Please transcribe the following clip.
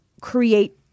create